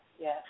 yes